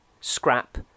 scrap